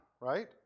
right